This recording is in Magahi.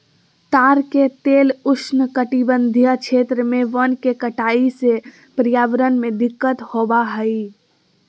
ताड़ के तेल उष्णकटिबंधीय क्षेत्र में वन के कटाई से पर्यावरण में दिक्कत होबा हइ